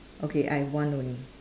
okay I have one only